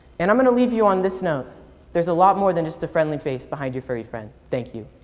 and i'm going to leave you on this note there's a lot more than just a friendly face behind your furry friend. thank you.